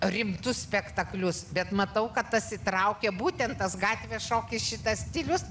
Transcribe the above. rimtus spektaklius bet matau kad tas įtraukia būtent tas gatvės šokis šitas stilius